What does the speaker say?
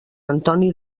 antoni